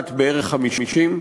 בת בערך 50,